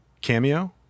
cameo